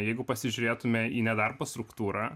jeigu pasižiūrėtume į nedarbo struktūrą